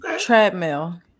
treadmill